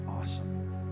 awesome